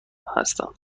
هستم